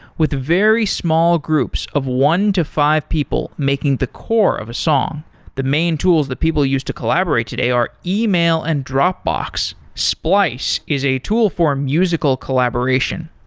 with very small groups of one to five people making the core of a song the main tools that people use to collaborate today are e-mail and dropbox. splice is a tool for musical collaboration.